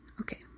okay